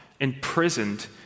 imprisoned